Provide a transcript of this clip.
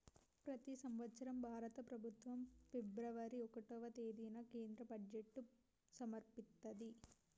ప్రతి సంవత్సరం భారత ప్రభుత్వం ఫిబ్రవరి ఒకటవ తేదీన కేంద్ర బడ్జెట్ను సమర్పిత్తది